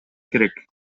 керек